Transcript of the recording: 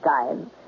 time